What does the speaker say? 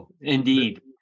Indeed